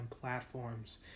platforms